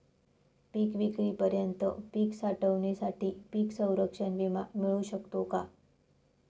पिकविक्रीपर्यंत पीक साठवणीसाठी पीक संरक्षण विमा मिळू शकतो का?